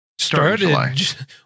started